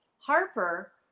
Harper